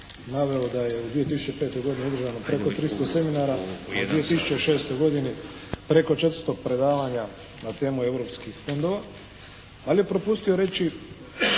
naveo da je u 2005. godini održano preko 300 seminara. U 2006. preko 400 predavanja na temu europskih fondova, ali je propustio reći